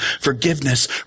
forgiveness